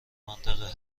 منطقه